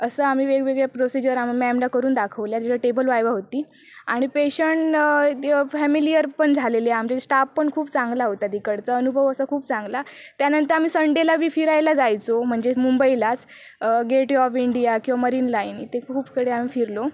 असं आम्ही वेगवेगळे प्रोसिजर आम्ही मॅमला करून दाखवल्या जेव्हा टेबल व्हायवा होती आणि पेशंट फॅमिलीयर पण झालेले आमचे स्टाफ पण खूप चांगला होता तिकडचा अनुभव असा खूप चांगला त्यानंतर आम्ही संडेला मी फिरायला जायचो म्हणजे मुंबईलाच गेट ऑफ इंडिया किंवा मरीन लाईन इथे खूप कडे आम्ही फिरलो